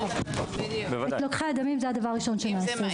ראשון שנעשה.